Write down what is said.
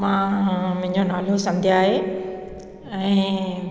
मां मुंहिंजो नालो संध्या आहे ऐं